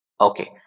okay